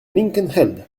linkenheld